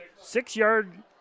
Six-yard